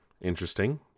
Interesting